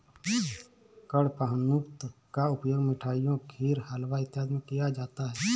कडपहनुत का उपयोग मिठाइयों खीर हलवा इत्यादि में किया जाता है